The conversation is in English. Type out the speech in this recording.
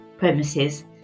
premises